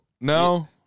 No